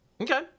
Okay